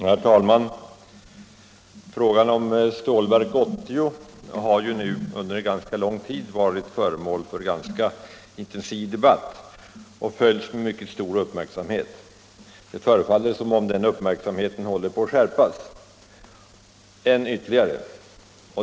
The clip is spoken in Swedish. Herr talman! Frågan om Stålverk 80 har under rätt lång tid varit föremål för en ganska intensiv debatt och följts med mycket stor uppmärksamhet. Det förefaller som om den uppmärksamheten håller på att skärpas ytterligare.